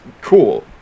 cool